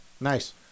Nice